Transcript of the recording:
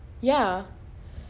ya